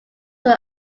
from